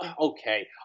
okay